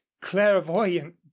clairvoyant